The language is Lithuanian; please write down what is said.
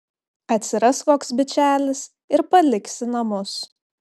atsiras koks bičelis ir paliksi namus